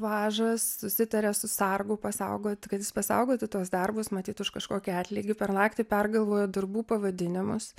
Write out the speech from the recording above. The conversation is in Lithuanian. važas susitarė su sargu pasaugot kad jis pasaugoti tuos darbus matyt už kažkokį atlygį per naktį pergalvojo darbų pavadinimus